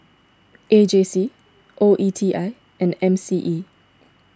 A J C O E T I and M C E